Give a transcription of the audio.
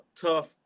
tough